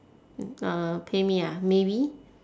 mm uh pay me ah maybe